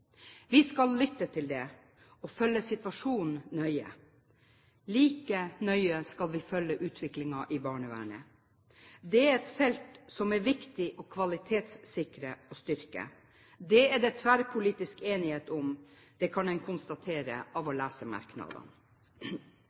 Vi skal lytte, og følge situasjonen nøye. Like nøye skal vi følge utviklingen i barnevernet. Det er et felt som det er viktig å kvalitetssikre og styrke. Det er det tverrpolitisk enighet om, det kan en konstatere ved å lese merknadene.